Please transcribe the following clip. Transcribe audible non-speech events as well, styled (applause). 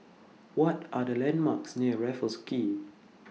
What Are The landmarks (noise) near Raffles Quay